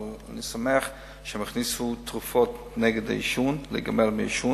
אבל אני שמח שהם הכניסו תרופות לגמילה מעישון.